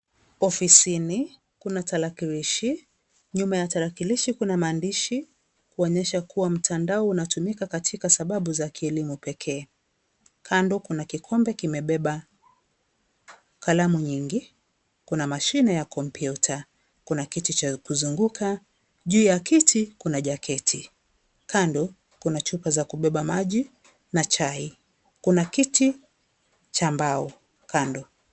Ofisini kuna tarakilishi. Nyuma ya tarakilishi kuna mandishi kuonyesha kuwa mtandao unatumika katika sababu za kielimu peke. Kando kuna kikombe kimebeba kalamu nyingi. Kuna mashine ya komputa. Kuna kiti cha kuzunguka. Juu ya kiti, kuna jaketi. Kando kuna chupa za kubeba maji na chai. Kuna kiti cha mbao kando.